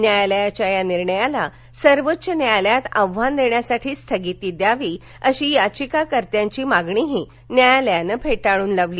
न्यायालयाच्या या निर्णयाला सर्वोच्च न्यायालयात आव्हान देण्यासाठी स्थगिती द्यावी अशी याचिकाकर्त्यांची मागणीही न्यायालयानं फेटाळून लावली